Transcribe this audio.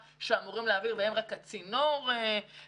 שאמורים להעביר להם והאפוטרופוס הוא רק הצינור להעברה.